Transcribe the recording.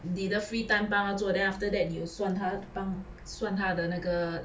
你的 free time 帮他做 then after that 你有算他帮算他的那个